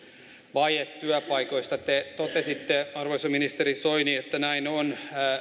vaje työpaikoista te totesitte arvoisa ministeri soini että näin on